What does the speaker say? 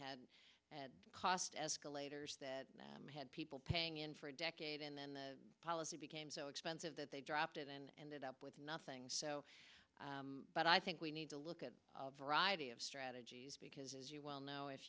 them had cost escalators that had people paying in for a decade and then the policy became so expensive that they dropped it and ended up with nothing so but i think we need to look at variety of strategies because as you well know if